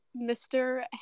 Mr